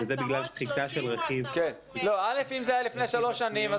וזה בגלל שחיקה של רכיב --- אם זה היה לפני שלוש שנים,